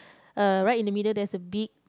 uh right in the middle there's a big